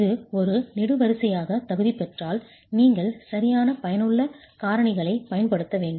இது ஒரு நெடுவரிசையாகத் தகுதி பெற்றால் நீங்கள் சரியான பயனுள்ள பயனுள்ள காரணிகளைப் பயன்படுத்த வேண்டும்